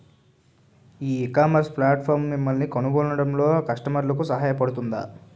ఈ ecommerce platform మిమ్మల్ని కనుగొనడంలో కస్టమర్లకు సహాయపడుతుందా?